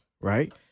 right